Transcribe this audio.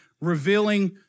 revealing